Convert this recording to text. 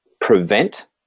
prevent